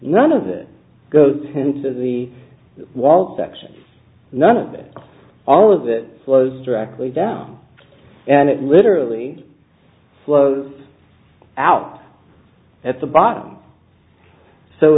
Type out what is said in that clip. none of it goes into the wall section none of it all of it flows directly down and it literally flows out at the bottom so